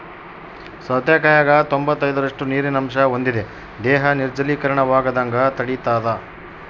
ಸೌತೆಕಾಯಾಗ ತೊಂಬತ್ತೈದರಷ್ಟು ನೀರಿನ ಅಂಶ ಹೊಂದಿದೆ ದೇಹ ನಿರ್ಜಲೀಕರಣವಾಗದಂಗ ತಡಿತಾದ